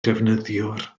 defnyddiwr